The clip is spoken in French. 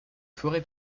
forêts